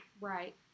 Right